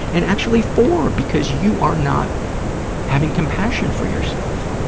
and actually four because you are not having compassion for yourself.